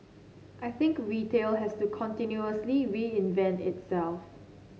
I think retail has to continuously reinvent itself